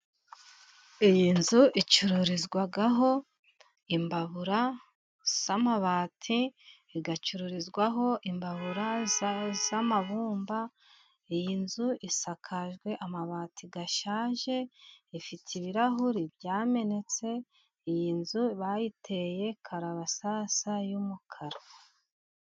Iyi nzu icururizwaho imbabura z'amabati, igacururizwaho imbabura z'amabumba. Iyi nzu isakajwe amabati ashaje, ifite ibirahuri byamenetse. Iyi nzu bayiteye karabasasu y'umukara.